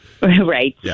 right